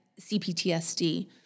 CPTSD